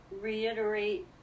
reiterate